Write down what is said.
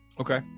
Okay